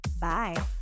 Bye